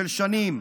של שנים.